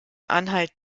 anhalt